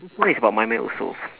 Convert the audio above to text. this one is about my mind also